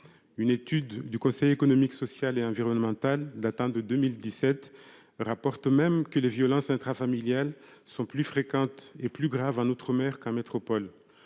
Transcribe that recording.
de 2017, le Conseil économique, social et environnemental (CESE) rapporte que les violences intrafamiliales sont plus fréquentes et plus graves en outre-mer qu'en métropole.